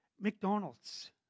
McDonald's